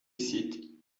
seat